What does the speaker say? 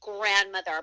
grandmother